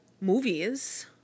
movies